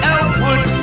Elwood